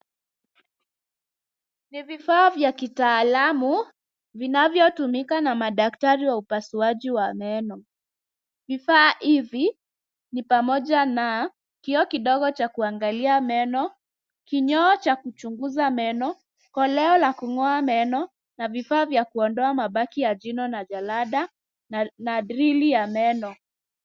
Ni vifaa vya kitaalamu vinavyotumiwa na madaktari wa upasuaji wa meno. Vifaa hivi ni pamoja na kioo kidogo cha kuangalia meno, kinyoo cha kuchunguza meno, koleo la kung'oa meno na vifaa vya kuondoa mabaki ya jino na jalada na drill ya meno.